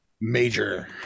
Major